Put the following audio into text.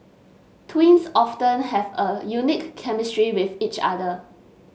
twins often have a unique chemistry with each other